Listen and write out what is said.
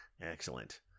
Excellent